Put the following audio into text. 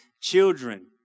children